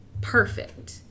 perfect